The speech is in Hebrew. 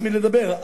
הס מלדבר,